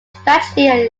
strategic